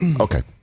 Okay